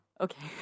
Okay